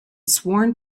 sworn